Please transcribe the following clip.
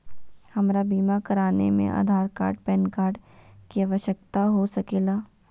हमरा बीमा कराने में आधार कार्ड पैन कार्ड की आवश्यकता हो सके ला?